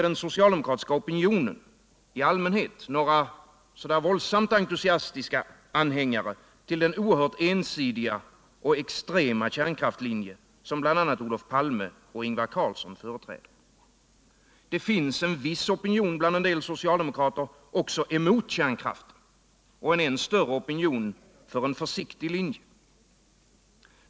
Den soctaldemokratiska opinionen består i allmänhet inte av några våldsamt entusiastiska anhängare till den oerhört ensidiga och extrema kärnkraftlinjen, som bl.a. Olof Palme och Ingvar Carlsson företräder. Det finns en viss opinion bland en del socialdemokrater också emot kärnkraften. och en än större opinion är för en försiktig linje.